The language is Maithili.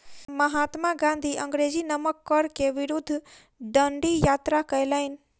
महात्मा गाँधी अंग्रेजी नमक कर के विरुद्ध डंडी यात्रा कयलैन